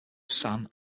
san